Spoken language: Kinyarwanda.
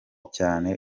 cyane